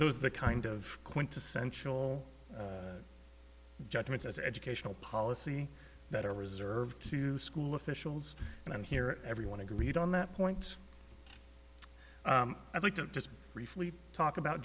those the kind of quintessential judgments as educational policy that are reserved to school officials and i'm here everyone agreed on that point i'd like to just briefly talk about